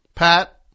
Pat